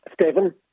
Stephen